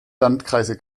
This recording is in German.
landkreise